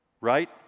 right